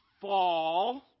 fall